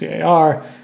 CAR